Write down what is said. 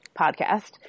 podcast